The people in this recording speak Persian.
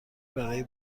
برای